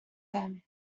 them